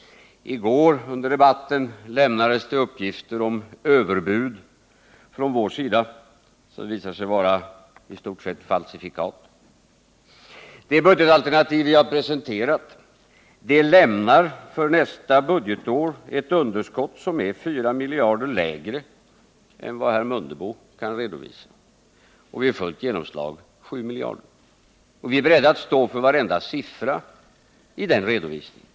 I går lämnades det under debatten uppgifter om att förslagen från vår sida var överbud. De uppgifterna visade sig i stort sett vara falsifikat. Det budgetalternativ som vi har presenterat lämnar för nästa budgetår ett underskott som är 4 miljarder — vid fullt genomslag 7 miljarder — lägre än vad herr Mundebo kan redovisa. Och vi är beredda att stå för varenda siffra i den redovisningen.